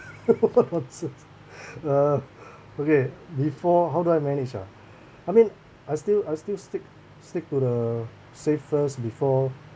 uh okay before how do I manage uh I mean I still I still stick stick to the save first before